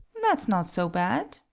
that's not so bad.